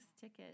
ticket